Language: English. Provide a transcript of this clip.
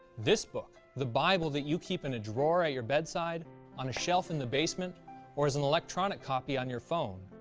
this book, the bible that you keep in a drawer at your bedside, on a shelf in the basement or as an electronic copy on your phone,